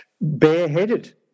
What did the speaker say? bareheaded